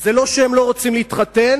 זה לא שהם לא רוצים להתחתן,